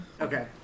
okay